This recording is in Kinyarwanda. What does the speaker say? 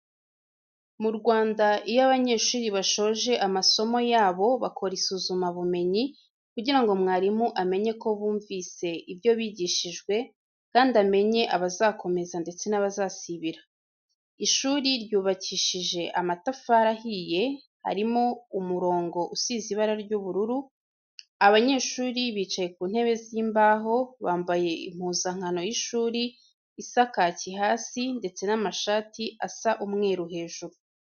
Mu Rwanda iyo abanyeshuri bashoje amasomo yabo bakora isuzuma bumenyi kugira ngo mwarimu amenye ko bumvise ibyo bigishijwe kandi amenye abazakomeza ndetse n'abazasibira. Ishuri ryubakishije amatafari ahiye, harimo umuro usize ibara ry'ubururu. Abanyeshuri bicaye ku ntebe z'imbaho, bambaye impuzankano y'sihuri isa kacyi hasi, ndetse n'amashati asa umweru hejuru.